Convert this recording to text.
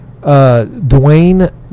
Dwayne